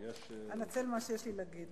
אני אנצל מה שיש לי להגיד,